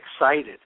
excited